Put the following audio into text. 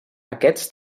aquests